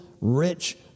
rich